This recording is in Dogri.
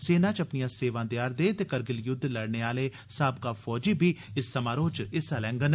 सेना च अपनिआं सेवां देआ'रदे ते करगिल युद्ध लड़ने आह्ले साबका फौजी बी इस समारोह च हिस्सा लै'रदे न